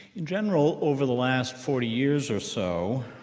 in general, over the last forty years or so,